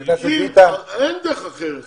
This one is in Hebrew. אין דרך אחרת.